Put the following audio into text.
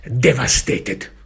devastated